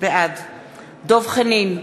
בעד דב חנין,